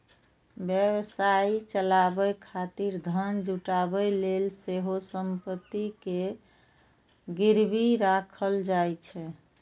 व्यवसाय चलाबै खातिर धन जुटाबै लेल सेहो संपत्ति कें गिरवी राखल जाइ छै